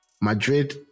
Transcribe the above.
Madrid